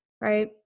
right